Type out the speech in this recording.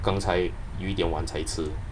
刚才又一点晚才吃